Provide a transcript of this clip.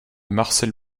marcel